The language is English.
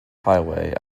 highway